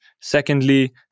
secondly